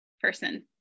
person